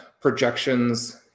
projections